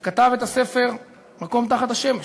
שכתב את הספר "מקום תחת השמש",